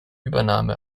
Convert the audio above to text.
übernahme